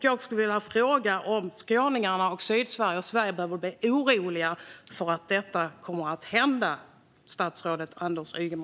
Jag skulle vilja fråga statsrådet Anders Ygeman om skåningarna och befolkningen i Sydsverige och Sverige behöver vara oroliga för att detta kommer att hända.